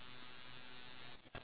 really